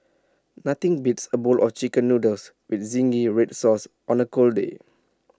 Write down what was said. nothing beats A bowl of Chicken Noodles with Zingy Red Sauce on A cold day